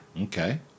Okay